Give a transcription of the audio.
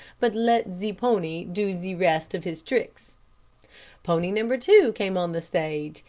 but let ze pony do ze rest of his tricks pony number two came on the stage,